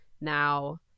now